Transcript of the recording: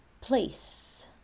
place